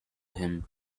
him